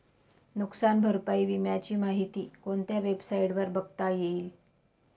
नुकसान भरपाई विम्याची माहिती कोणत्या वेबसाईटवर बघता येईल?